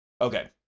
Okay